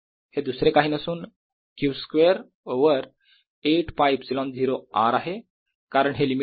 हा दुसरे काही नसून Q स्क्वेअर ओवर 8ㄫε0 R आहे कारण हे लिमिट आहे R पासून इनफिनिटी पर्यंत